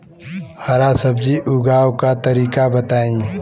हरा सब्जी उगाव का तरीका बताई?